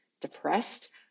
depressed